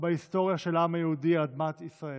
בהיסטוריה של העם היהודי על אדמת ישראל.